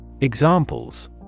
Examples